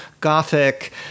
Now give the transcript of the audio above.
Gothic